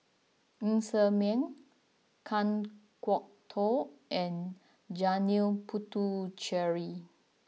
Ng Ser Miang Kan Kwok Toh and Janil Puthucheary